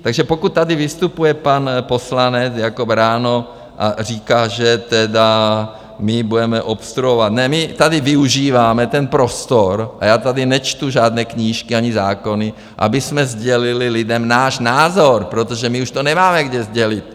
Takže pokud tady vystupuje pan poslanec Jakob ráno a říká, že my budeme obstruovat, ne, my tady využíváme ten prostor a já tady nečtu žádné knížky ani zákony, abychom sdělili lidem náš názor, protože my už to nemáme kde sdělit.